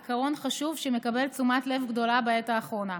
עיקרון חשוב שמקבל תשומת לב גדולה בעת האחרונה.